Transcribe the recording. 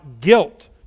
guilt